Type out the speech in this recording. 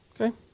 okay